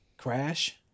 Crash